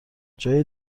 جای